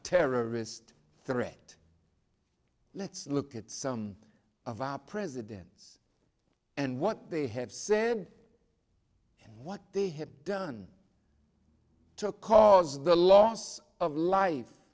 terrorist threat let's look at some of our presidents and what they have said what the him done to cause the loss of life